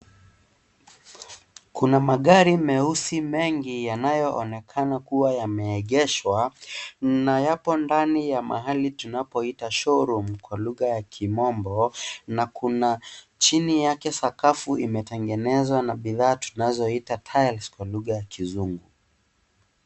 Kuna magari meusi mengi yanayo onekana kuwa yame egeshwa na yapo ndani ya mahali tunapoita showroom kwa lugha ya kimombo na kuna chini yake sakafu imetengenezwa na bidhaa tunao ita tiles kwa lugha ya kizungu.